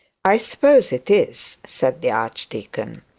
i suppose it is said the archdeacon.